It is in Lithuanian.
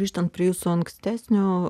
grįžtant prie jūsų ankstesnio